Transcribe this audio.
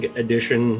edition